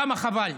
כמה חבל.